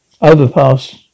Overpass